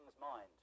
mind